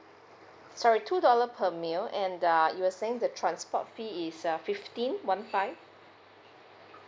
sorry two dollar per meal and uh you were saying the transport fee is uh fifteen one five